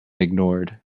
ignored